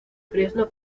fresno